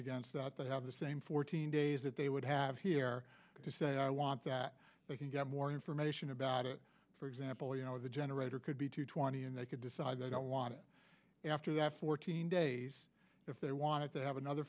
against that they have the same fourteen days that they would have here to say i want that they can get more information about it for example how the generator could be two twenty and they could decide they don't want it after the fourteen days if they wanted to have another